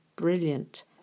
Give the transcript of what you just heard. brilliant